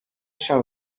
się